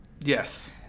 Yes